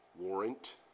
warrant